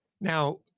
now